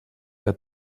que